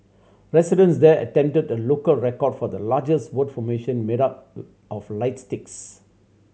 residents there attempted a local record for the largest word formation made up of lights sticks